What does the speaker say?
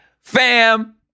fam